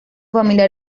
familia